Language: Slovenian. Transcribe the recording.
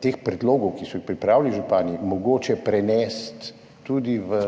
teh predlogov, ki so jih pripravili župani, mogoče prenesti tudi v